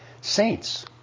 Saints